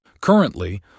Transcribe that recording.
Currently